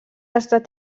estat